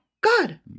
God